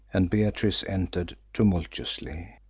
and beatrice entered tumultuously.